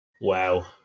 Wow